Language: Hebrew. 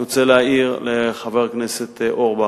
אני רוצה להעיר לחבר הכנסת אורבך.